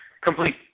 complete